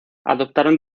adoptaron